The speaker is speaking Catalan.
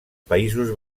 països